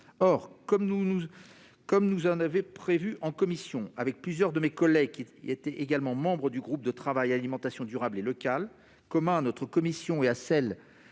Or, ainsi que nous l'avons prévu en commission avec plusieurs de mes collègues, également membres du groupe de travail « Alimentation durable et locale » commun à notre commission et à celle